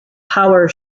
power